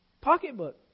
pocketbook